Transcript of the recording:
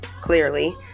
clearly